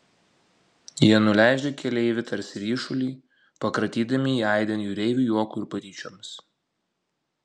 jie nuleidžia keleivį tarsi ryšulį pakratydami jį aidint jūreivių juokui ir patyčioms